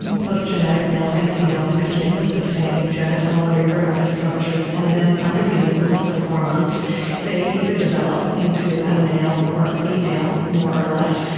and both genetic males and females begin with the same genital and reproductive structures and then under the influence of hormones they either develop into a male or a female more or less.